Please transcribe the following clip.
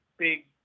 Big